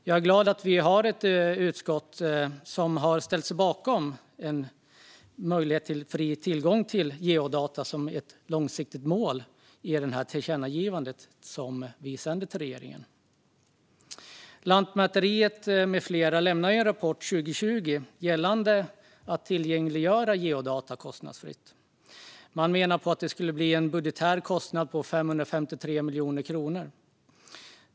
Jag är glad att utskottet har ställt sig bakom möjligheten till fri tillgång till geodata som ett långsiktigt mål i det tillkännagivande vi riktar till regeringen. Lantmäteriet med flera lämnade 2020 en rapport om att tillgängliggöra geodata kostnadsfritt. Man menade att det skulle bli en budgetär kostnad på 553 miljoner kronor.